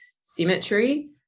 symmetry